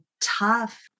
tough